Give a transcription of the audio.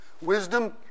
Wisdom